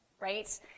right